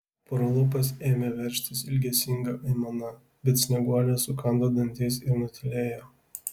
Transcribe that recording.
pro lūpas ėmė veržtis ilgesinga aimana bet snieguolė sukando dantis ir nutylėjo